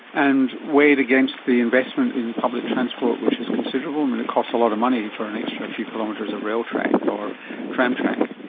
and weighed against the investment in public transport, which is considerable, i mean it costs a lot of money for an extra few kilometres of rail track or tram track.